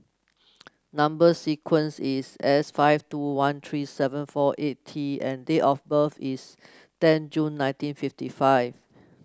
number sequence is S five two one three seven four eight T and date of birth is ten June nineteen fifty five